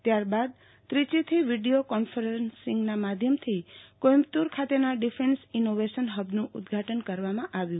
ત્યારબાદ ત્રીચીથી video conferencing માધ્યમથી કોઇમ્બતૂર ખાતેના ડિફેન્સ ઇનોવેશન હબનું ઉદ્દઘાટન કરવામાં આવ્યુ